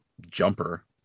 jumper